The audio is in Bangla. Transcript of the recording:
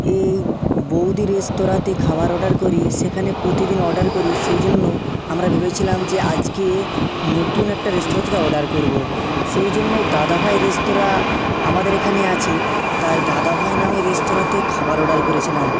এই বউদি রেস্তরাঁতে খাবার অর্ডার করি সেখানে প্রতিদিন অর্ডার করি সেই জন্য আমরা ভেবেছিলাম যে আজকে নতুন একটা রেস্তরাঁ থেকে অর্ডার করব সেই জন্য দাদাভাই রেস্তরাঁ আমাদের এখানে আছে তাই দাদাভাই নামে রেস্তরাঁতে খাবার অর্ডার করেছিলাম